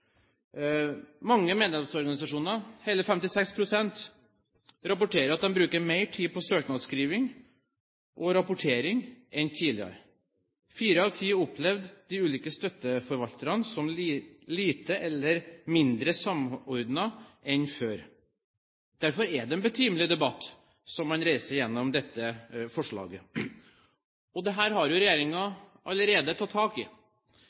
Mange medlemsorganisasjoner, hele 56 pst., rapporterer at de bruker mer tid på søknadsskriving og rapportering enn tidligere. Fire av ti opplevde de ulike støtteforvalterne som like lite eller mindre samordnet enn før. Derfor er det en betimelig debatt som man reiser gjennom dette forslaget. Dette har jo regjeringen allerede tatt tak i.